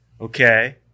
Okay